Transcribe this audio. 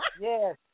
Yes